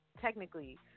technically